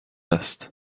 است